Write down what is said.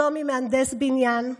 שלומי, מהנדס בניין,